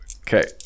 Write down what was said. Okay